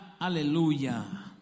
hallelujah